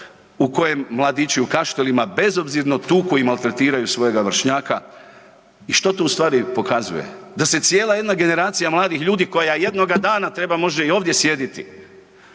u kojem mladići u Kaštelima bezobzirno tuku i maltretiraju svojega vršnjaka i što tu ustvari pokazuje? Da se cijela jedna generacija mladih ljudi koja jednoga dana treba možda i ovdje sjediti,